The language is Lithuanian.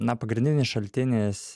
na pagrindinis šaltinis